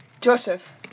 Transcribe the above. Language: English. Joseph